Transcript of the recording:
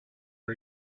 are